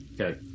Okay